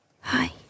Hi